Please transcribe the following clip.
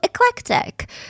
eclectic